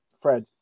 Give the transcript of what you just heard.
Fred